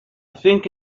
think